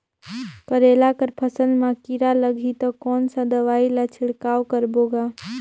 करेला कर फसल मा कीरा लगही ता कौन सा दवाई ला छिड़काव करबो गा?